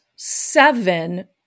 seven